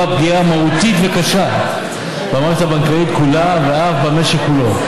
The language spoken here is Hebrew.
שעשוי לפגוע פגיעה מהותית וקשה במערכת הבנקאית כולה ואף במשק כולו.